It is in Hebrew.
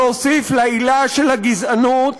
להוסיף לעילה של הגזענות